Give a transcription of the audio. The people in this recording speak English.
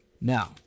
Now